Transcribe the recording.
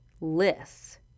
lists